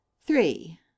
Three